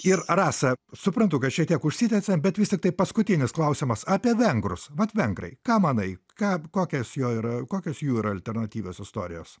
ir rasa suprantu kad šiek tiek užsitęsė bet vis tiktai paskutinis klausimas apie vengrus vat vengrai ką manai ką kokios jo yra kokios jų yra alternatyvios istorijos